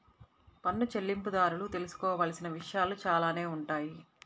పన్ను చెల్లింపుదారులు తెలుసుకోవాల్సిన విషయాలు చాలానే ఉంటాయి